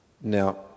now